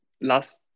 last